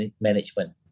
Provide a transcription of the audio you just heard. management